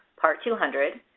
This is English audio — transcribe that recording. part two hundred,